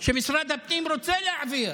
שמשרד הפנים רוצה להעביר